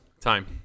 Time